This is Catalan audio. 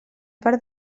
part